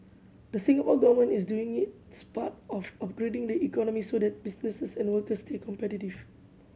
the Singapore Government is doing its part by upgrading the economy so that businesses and workers stay competitive